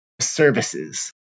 services